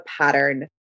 pattern